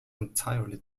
entirely